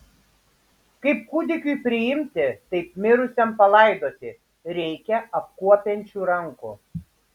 kaip kūdikiui priimti taip mirusiam palaidoti reikia apkuopiančių rankų